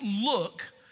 look